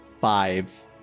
Five